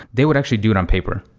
they would actually do it on paper.